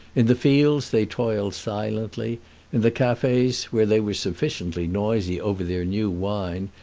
in the fields they toiled silently in the cafes, where they were sufficiently noisy over their new wine,